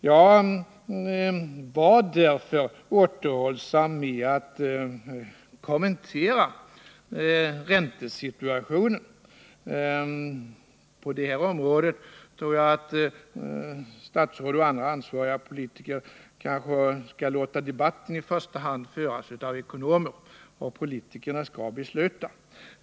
Jag var därför återhållsam med att kommentera räntesituationen. På det här området tror jag att statsråd och andra ansvariga politiker skall låta debatten i första hand föras av ekonomer och att politikerna skall besluta.